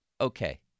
Okay